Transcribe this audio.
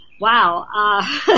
Wow